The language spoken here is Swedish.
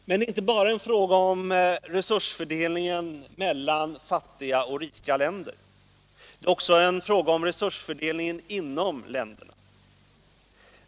Men det är inte bara en fråga om resursfördelningen mellan fattiga och rika länder. Det är också en fråga om resursfördelningen inom länderna.